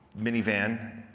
minivan